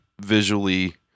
visually